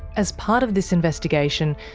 as part of this investigation,